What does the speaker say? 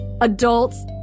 adults